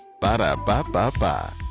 Ba-da-ba-ba-ba